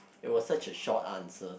it was such a short answer